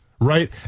right